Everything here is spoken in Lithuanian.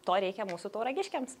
to reikia mūsų tauragiškiams